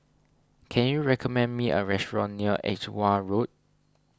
can you recommend me a restaurant near Edgware Road